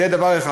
זה דבר אחד.